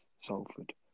Salford